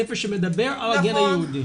הספר שמדבר על הגן היהודי.